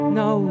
no